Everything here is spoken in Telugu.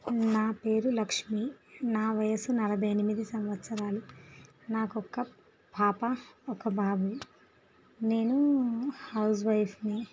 నా పేరు లక్ష్మి నా వయసు నలభై ఎనిమిది సంవత్సరాలు నాకు ఒక పాప ఒక బాబు నేను హౌస్ వైఫ్ని